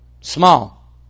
Small